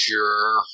Sure